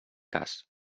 cas